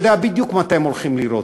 יודע בדיוק מתי הם הולכים לירות.